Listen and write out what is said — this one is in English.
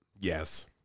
Yes